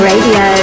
Radio